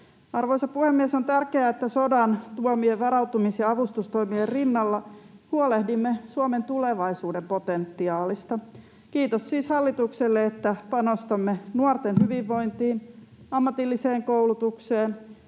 Arvoisa puhemies! On tärkeää, että sodan tuomien varautumis- ja avustustoimien rinnalla huolehdimme Suomen tulevaisuuden potentiaalista. Kiitos siis hallitukselle, että panostamme nuorten hyvinvointiin, ammatilliseen koulutukseen,